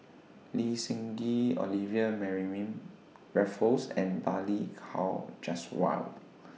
Lee Seng Gee Olivia Mariamne Raffles and Balli Kaur Jaswal